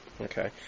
okay